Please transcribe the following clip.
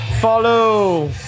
Follow